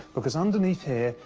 because underneath here,